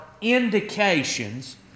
indications